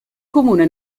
comune